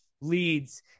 leads